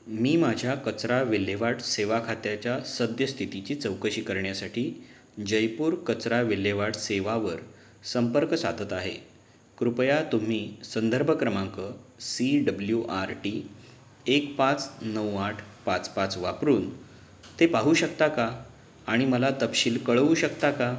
मी माझ्या कचरा विल्हेवाट सेवा खात्याच्या सद्यस्थितीची चौकशी करण्यासाठी जयपूर कचरा विल्हेवाड सेवावर संपर्क साधत आहे कृपया तुम्ही संदर्भ क्रमांक सी डब्ल्यू आर टी एक पाच नऊ आठ पाच पाच वापरून ते पाहू शकता का आणि मला तपशील कळवू शकता का